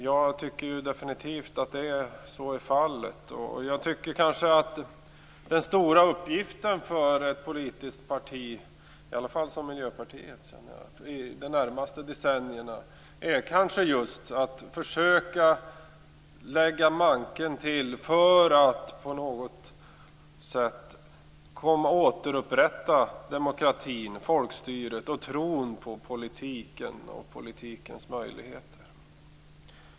Jag tycker definitivt att så är fallet och att den stora uppgiften för ett politiskt parti, i alla fall för Miljöpartiet, under de närmaste decennierna kanske är att just försöka lägga manken till för att på något sätt kunna återupprätta demokratin, folkstyret och tron på politiken och dess möjligheter.